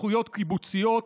זכויות קיבוציות,